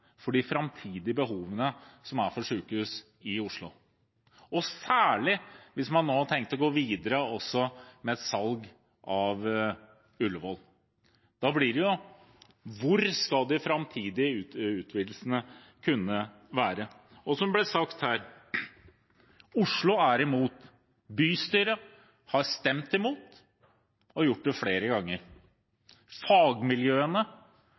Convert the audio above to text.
for de framtidige behovene for sykehus i Oslo – særlig hvis man nå har tenkt å gå videre med salg av Ullevål. Da kan man spørre: Hvor skal de framtidige utvidelsene kunne skje? Som det ble sagt her: Oslo er imot. Bystyret har stemt imot – flere ganger. De brede fagmiljøene